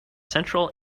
central